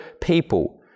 people